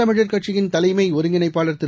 தமிழர் கட்சியின் தலைமைஒருங்கிணைப்பாளர் திரு